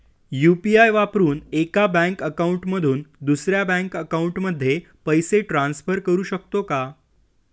UPI वापरून एका bank account मधून दुसऱ्या बँक अकाउंटमध्ये पैसे ट्रान्सफर करू शकतो का?